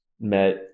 met